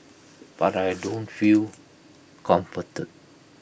but I don't feel comforted